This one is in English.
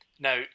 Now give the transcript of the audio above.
Now